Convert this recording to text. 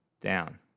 down